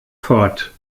fort